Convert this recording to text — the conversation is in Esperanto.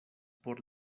por